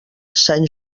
sant